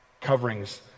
Coverings